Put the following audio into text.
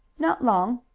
not long.